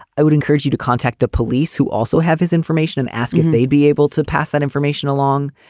i would encourage you to contact the police who also have his information and ask if they'd be able to pass that information along.